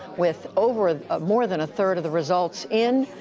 with over more than a third of the results in,